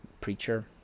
preacher